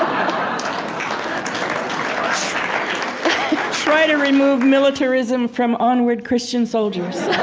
um try to remove militarism from onward christian soldiers.